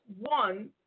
one